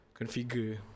configure